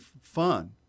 fun